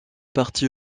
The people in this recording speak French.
partie